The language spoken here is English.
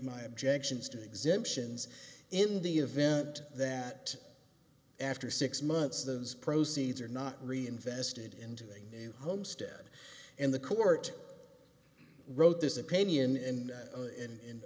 my objections to exemptions in the event that after six months those proceeds are not reinvested into the new homestead and the court wrote this opinion and in